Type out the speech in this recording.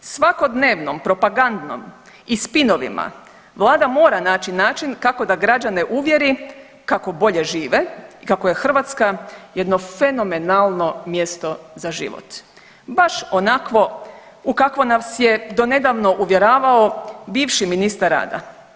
Svakodnevnom propagandnom i spinovima Vlada mora naći način kako da građane uvjeri kako bolje žive, kako je Hrvatska jedno fenomenalno mjesto za život, baš onakvo u kakvo nas je donedavno uvjeravao bivši ministar rada.